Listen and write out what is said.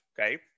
okay